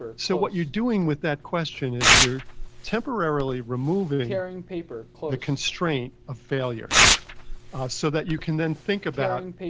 so what you're doing with that question is you're temporarily removing the constraint of failure so that you can then think about